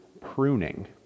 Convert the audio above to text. pruning